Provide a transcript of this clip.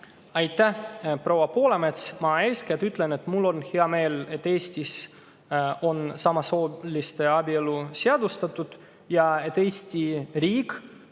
Aitäh, proua Poolamets! Ma eeskätt ütlen, et mul on hea meel, et Eestis on samasooliste abielu seadustatud ja et Eesti riik,